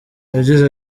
yagize